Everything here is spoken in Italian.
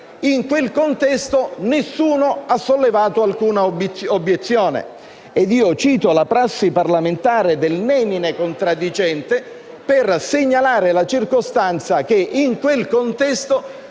In quel contesto nessuno ha sollevato alcuna obiezione. Cito la prassi parlamentare del *nemine contradicente* per segnalare la circostanza per cui, in quel contesto,